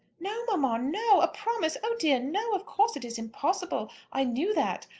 no, mamma no! a promise! oh dear no! of course it is impossible. i knew that.